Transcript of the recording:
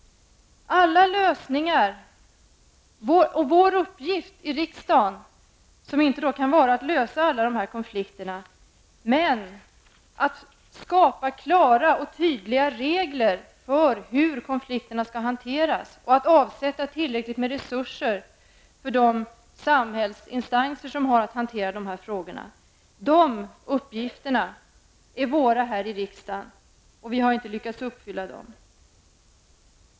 Vår uppgift i riksdagen kan inte vara att lösa alla dessa konflikter, utan att skapa klara och tydliga regler för hur konflikterna skall hanteras och att avsätta tillräckligt med resurser för de samhällsinstanser som har att hantera dessa frågor. De uppgifterna åligger oss här i riksdagen, och vi har inte lyckats uppfylla dem.